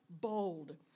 bold